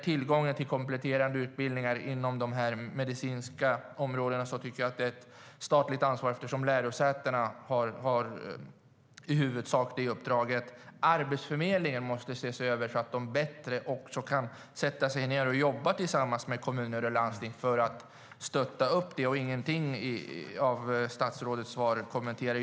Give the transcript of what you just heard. Tillgången till kompletterande utbildningar inom det medicinska området tycker jag också är ett statligt ansvar eftersom lärosätena i huvudsak har det uppdraget. Arbetsförmedlingen måste ses över för att de på ett bättre sätt ska kunna jobba tillsammans med kommuner och landsting. Ingenting i statsrådets svar sägs om den delen.